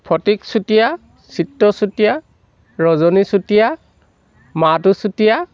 Phatik Chutia Chitra Chutia Rajani Chutia Matu Chutia